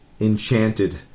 enchanted